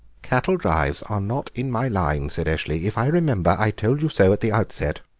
cattle drives are not in my line, said eshley if i remember i told you so at the outset.